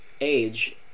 age